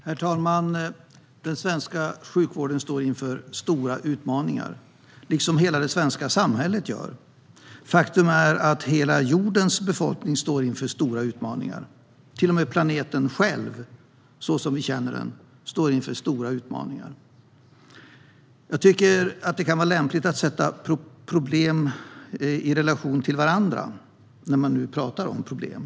Herr talman! Den svenska sjukvården står inför stora utmaningar liksom hela det svenska samhället gör. Faktum är att hela jordens befolkning står inför stora utmaningar. Till och med planeten själv, så som vi känner den, står inför stora utmaningar. Jag tycker att det kan vara lämpligt att sätta problem i relation till varandra, när man nu talar om problem.